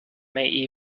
may